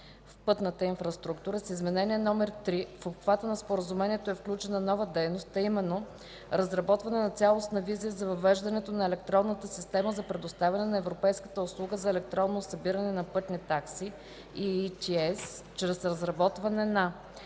в пътната инфраструктура, с Изменение № 3 в обхвата на Споразумението е включена нова дейност, а именно „Разработване на цялостна визия за въвеждането на Електронната система за предоставяне на Европейската услуга за електронно събиране на пътни такси (EETS)” чрез разработване на: